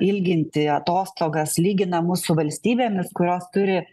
ilginti atostogas lygina mus su valstybėmis kurios turi